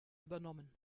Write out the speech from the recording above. übernommen